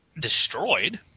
destroyed